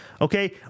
Okay